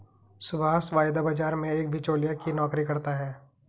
सुभाष वायदा बाजार में एक बीचोलिया की नौकरी करता है